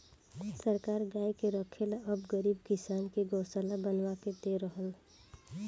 सरकार गाय के रखे ला अब गरीब किसान के गोशाला बनवा के दे रहल